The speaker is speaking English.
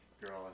girl